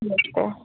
मस्ते